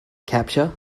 capture